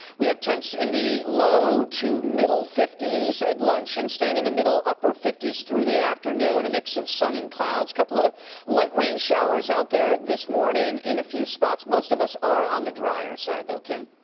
we have temps in the low to middle fifty s at lunch and staying in the middle to upper fifty s through the afternoon. a mix of sun and clouds. a couple of light rain showers out there this morning in a few spots. most of us are on the drier side, though, kim.